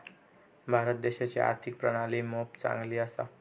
भारत देशाची आर्थिक प्रणाली मोप चांगली असा